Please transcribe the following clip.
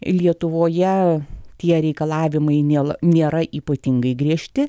lietuvoje tie reikalavimai nela nėra ypatingai griežti